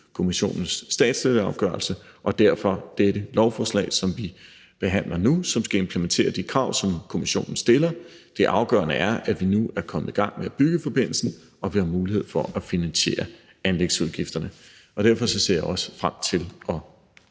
Kommissionens statsstøtteafgørelse, og derfor har vi fremsat det her lovforslag, som vi behandler nu, der skal implementere de krav, som Kommissionen stiller. Det afgørende er, at vi nu er kommet i gang med at bygge forbindelsen og har mulighed for at finansiere anlægsudgifterne. Og derfor ser jeg også frem til